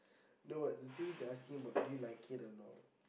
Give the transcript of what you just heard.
no but the thing is they're asking about do you like it or not